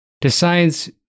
decides